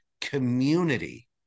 community